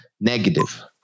negative